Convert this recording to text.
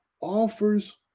offers